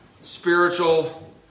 spiritual